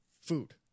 Food